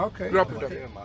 Okay